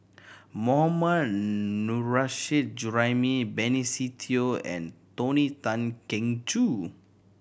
Mohammad Nurrasyid Juraimi Benny Se Teo and Tony Tan Keng Joo